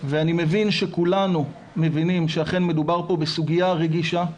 ואני מבין שכולנו מבינים שאכן מדובר פה בסוגיה רגישה,